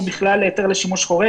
בכלל לשימוש חורג.